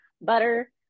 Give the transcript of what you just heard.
butter